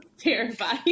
terrified